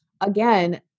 again